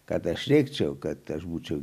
kad aš rėkčiau kad aš būčiau